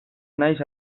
naiz